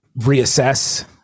reassess